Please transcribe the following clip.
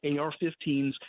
AR-15s